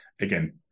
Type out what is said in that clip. again